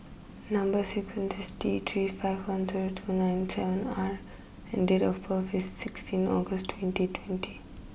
number is T three five one zero two nine seven R and date of birth is sixteen August twenty twenty